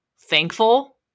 thankful